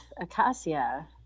Acacia